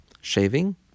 shaving